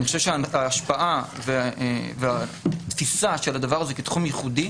אני חושב שההשפעה והתפיסה של הדבר הזה כתחום ייחודי